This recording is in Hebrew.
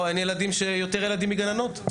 אין יותר ילדים מגננות?